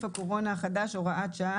הקורונה החדש (הוראת שעה),